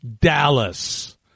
Dallas